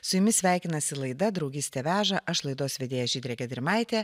su jumis sveikinasi laida draugystė veža aš laidos vedėja žydrė gedrimaitė